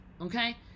Okay